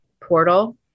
portal